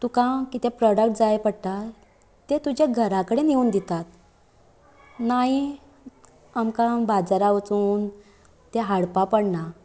तुका कितें प्रॉडक्ट जाय पडटा ते तुजे घरा कडेन येवन दितात नायी आमकां बाजारांत वचून तें हाडपा पडना